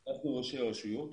אנחנו, ראשי הרשויות,